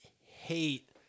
hate